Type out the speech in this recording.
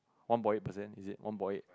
one point eight percent is it one point eight